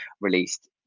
released